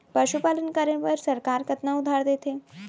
पशुपालन करे बर सरकार कतना उधार देथे?